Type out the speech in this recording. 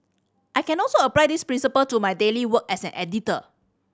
I can also apply this principle to my daily work as an editor